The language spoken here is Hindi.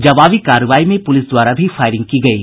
जवाबी कार्रवाई में पुलिस द्वारा भी फायरिंग की गयी